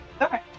Okay